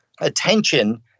Attention